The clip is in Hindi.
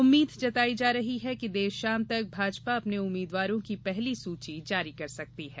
उम्मीद् जताई जा रही है कि देर शाम तक भाजपा अपने उम्मीद्वारों की पहली सूची जारी कर सकती है